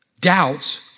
doubts